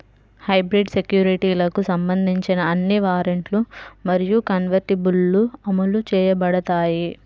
hybrid సెక్యూరిటీలకు సంబంధించిన అన్ని వారెంట్లు మరియు కన్వర్టిబుల్లు అమలు చేయబడతాయి